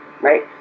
right